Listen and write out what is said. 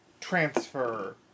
transfer